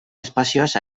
espazioaz